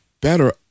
better